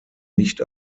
nicht